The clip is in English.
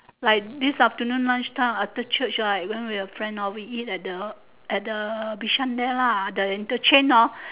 like this afternoon lunch time after church right when we were friend hor we eat at the at the bishan there lah the interchange hor